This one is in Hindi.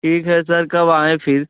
ठीक है सर कब आएँ फिर